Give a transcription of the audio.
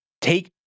take